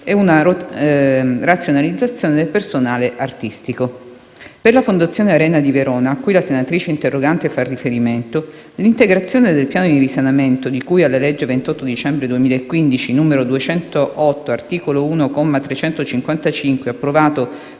e una razionalizzazione del personale artistico». Per la Fondazione Arena di Verona, a cui la senatrice interrogante fa riferimento, l'integrazione del piano di risanamento di cui alla legge 28 dicembre 2015, n. 208, articolo 1, comma 355, approvato